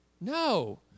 No